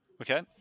Okay